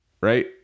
Right